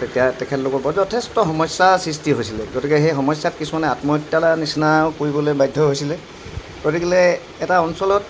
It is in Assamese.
তেতিয়া তেখেতলোকৰ ওপৰত যথেষ্ট সমস্যা সৃষ্টি হৈছিলে গতিকে এই সমস্যাত কিছুমানে আত্মহত্যালৈ নিচিনাও কৰিবলৈ বাধ্য হৈছিলে গতিকেলে এটা অঞ্চলত